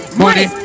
money